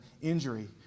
injury